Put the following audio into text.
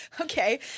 okay